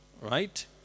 Right